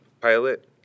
pilot